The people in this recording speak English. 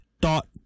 dot